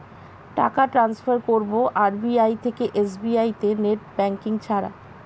টাকা টান্সফার করব এস.বি.আই থেকে এস.বি.আই তে নেট ব্যাঙ্কিং ছাড়া?